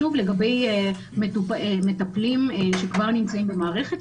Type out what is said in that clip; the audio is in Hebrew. לגבי מטפלים שכבר נמצאים במערכת,